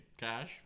Cash